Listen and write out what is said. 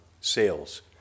sales